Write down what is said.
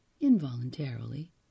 involuntarily